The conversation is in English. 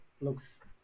looks